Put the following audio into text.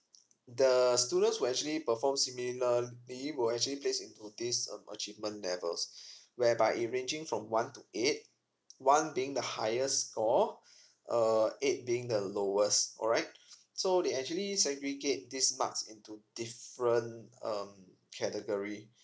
the students will actually perform similarly will actually place into this um achievement levels whereby it ranging from one to eight one being the highest score uh eight being the lowest alright so they actually segregate these marks into different um category